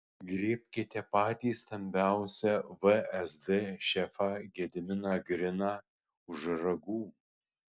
griebkite patį stambiausią vsd šefą gediminą griną už ragų